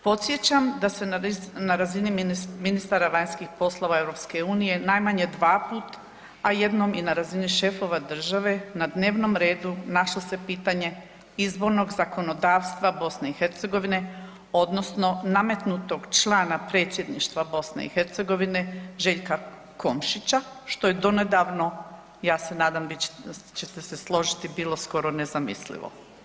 Podsjećam da se na razini ministara vanjskih poslova EU najmanje dva put, a jednom i na razini šefova države na dnevnom redu našlo se pitanje izbornog zakonodavstva BiH odnosno nametnutog člana Predsjedništva BiH Željka Komšića što je donedavno ja se nadam vi ćete se složiti bilo skoro nezamislivo.